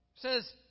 Says